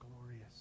glorious